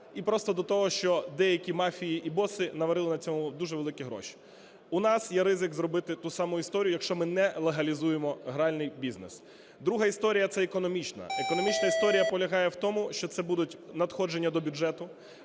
і просто до того, що деякі мафії і боси наварили на цьому дуже великі гроші. У нас є ризик зробити ту саму історію, якщо ми не легалізуємо гральний бізнес. Друга історія – це економічна. Економічна історія полягає в тому, що це будуть надходження до бюджету.